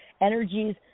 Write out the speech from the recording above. Energies